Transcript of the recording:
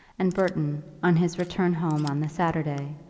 and burton, on his return home on the saturday,